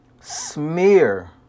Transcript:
Smear